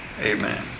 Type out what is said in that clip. Amen